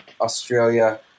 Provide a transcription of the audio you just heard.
Australia